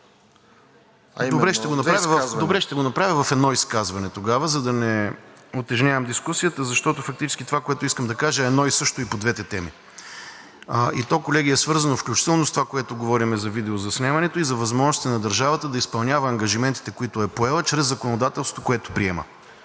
Добре ще го направя в едно изказване, тогава, за да не утежнявам дискусията. Защото фактически това, което искам да кажа, е едно и също и по двете теми. Колеги, то е свързано, включително с това, което говорим за видеозаснемането и с възможностите на държавата да изпълнява ангажиментите, които е поела чрез законодателството, което приема.